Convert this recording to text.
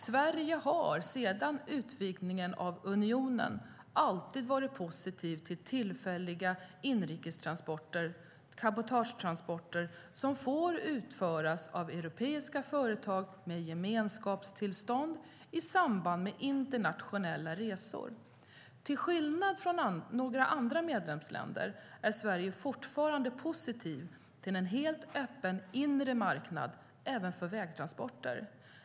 Sverige har sedan utvidgningen av unionen alltid varit positivt till tillfälliga inrikestransporter, cabotagetransporter, som får utföras av europeiska företag med gemenskapstillstånd i samband med internationella resor. Till skillnad från några andra medlemsländer är Sverige fortfarande positivt till en helt öppen inre marknad, även för vägtransporter.